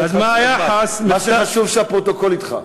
מה שחשוב הוא שהפרוטוקול אתך.